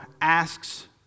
asks